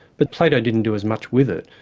but plato didn't do as much with it.